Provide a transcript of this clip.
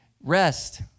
Rest